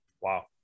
Wow